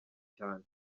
cyane